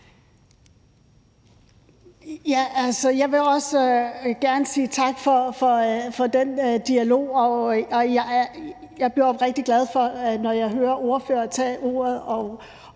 Jeg vil også gerne sige tak for den dialog, og jeg bliver oprigtig glad, når jeg hører ordføreren tage ordet